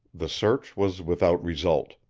the search was without result.